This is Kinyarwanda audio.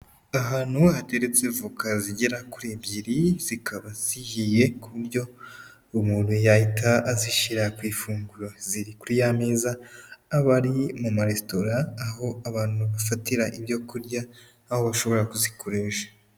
Ahantu ha hateretse voka zigera kuri ebyiri, zikaba zihiye ku buryo umuntu yahita azishyira ku ifunguro. Ziri kuri ya meza abari mu maresitora aho abantu bafatira ibyo kurya, aho bashobora kuzikoresha.